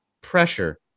Pressure